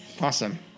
awesome